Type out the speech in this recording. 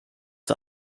der